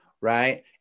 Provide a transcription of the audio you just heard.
right